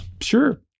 sure